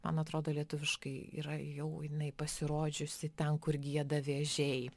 man atrodo lietuviškai yra jau jinai pasirodžiusi ten kur gieda vėžiai